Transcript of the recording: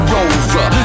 Rover